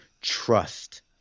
trust